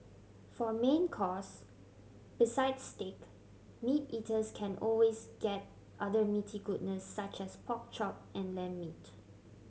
for main course besides steak meat eaters can always get other meaty goodness such as pork chop and lamb meat